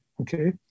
okay